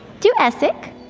to essek.